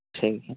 ᱴᱷᱤᱠᱜᱮᱭᱟ